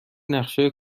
نقشه